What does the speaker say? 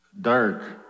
Dark